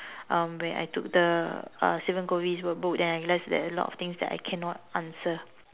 um where I took the uh Steven covey's workbook then I realize that a lot of things that I cannot answer